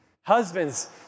Husbands